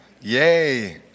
Yay